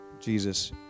Jesus